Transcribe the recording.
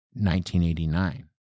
1989